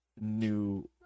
new